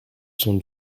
sont